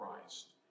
Christ